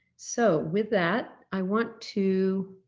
so with that i want to.